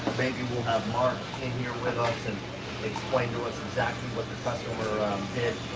maybe we'll have mark in here with us and explain to us exactly what the customer did.